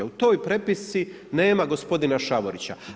U toj prepisci nema gospodina Šavorića.